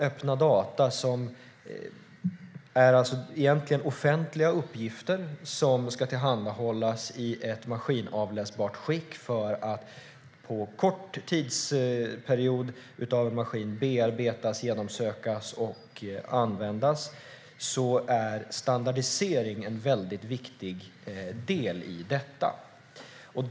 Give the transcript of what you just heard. Öppna data är offentliga uppgifter som ska tillhandahållas i ett maskinavläsbart skick för att snabbt kunna bearbetas, genomsökas och användas. Därför är standardisering mycket viktigt.